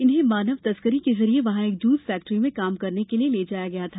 इन्हें मानव तस्करी के जरिए वहां एक जूस फैक्ट्री में काम करने के लिये ले जाया गया था